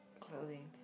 clothing